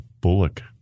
Bullock